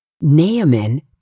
Naaman